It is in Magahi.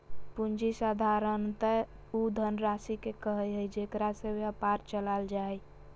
पूँजी साधारणतय उ धनराशि के कहइ हइ जेकरा से व्यापार चलाल जा हइ